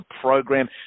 program